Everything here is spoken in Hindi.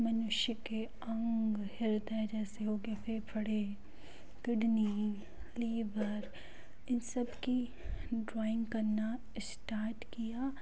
मनुष्य के अंग हृदय जैसे हो के फेपड़े किडनी लिवर इन सब की ड्राइंग करना इस्टार्ट किया